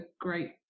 great